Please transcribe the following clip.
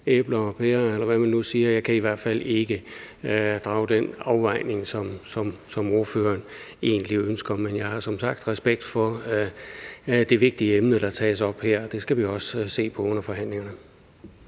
hvert fald ikke gøre den afvejning, som ordføreren egentlig ønsker. Men jeg har som sagt respekt for det vigtige emne, der tages op her. Det skal vi også se på under forhandlingerne.